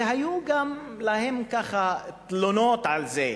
והיו להם גם תלונות על כך,